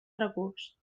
recurs